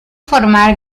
formar